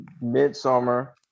midsummer